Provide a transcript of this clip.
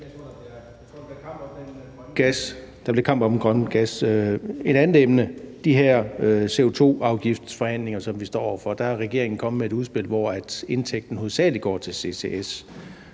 Et andet emne er, at regeringen i de her CO2-afgiftsforhandlinger, som vi står over for, er kommet med et udspil, hvor indtægten hovedsagelig går til CCS.